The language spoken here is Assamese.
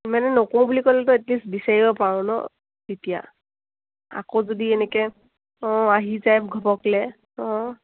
মানে নকৰোঁ বুলি ক'লেতো এটলিষ্ট বিচাৰিব পাৰোঁ ন তেতিয়া আকৌ যদি এনেকৈ অঁ আহি যায় ঘপককলে অঁ